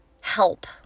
help